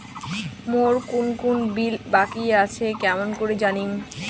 মোর কুন কুন বিল বাকি আসে কেমন করি জানিম?